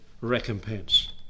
recompense